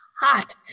hot